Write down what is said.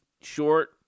short